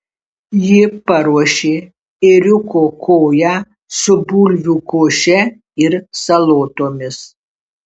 ji paruošė ėriuko koją su bulvių koše ir salotomis